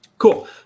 Cool